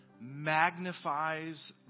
magnifies